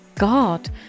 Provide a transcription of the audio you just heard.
God